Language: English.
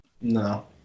No